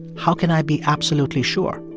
how can i be absolutely sure?